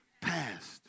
past